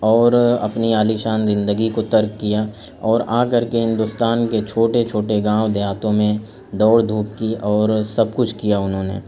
اور اپنی عالی شان زندگی کو ترک کیا اور آ کر کے ہندوستان کے چھوٹے چھوٹے گاؤں دیہاتوں میں دوڑ دھوپ کی اور سب کچھ کیا انہوں نے